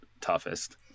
toughest